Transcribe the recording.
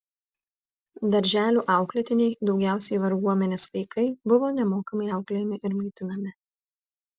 darželių auklėtiniai daugiausiai varguomenės vaikai buvo nemokamai auklėjami ir maitinami